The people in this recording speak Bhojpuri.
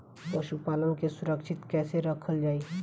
पशुपालन के सुरक्षित कैसे रखल जाई?